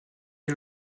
est